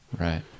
Right